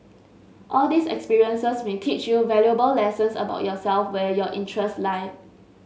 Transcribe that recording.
all these experiences may teach you valuable lessons about yourself and where your interests lie